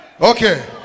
Okay